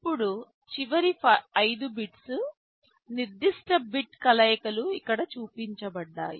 ఇప్పుడు చివరి 5 బిట్స్ నిర్దిష్ట బిట్ కలయికలు ఇక్కడ చూపించబడ్డాయి